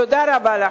תודה רבה לכם.